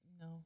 No